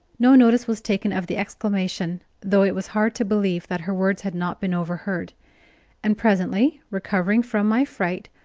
no notice was taken of the exclamation, though it was hard to believe that her words had not been overheard and presently, recovering from my fright,